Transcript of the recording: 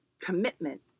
commitment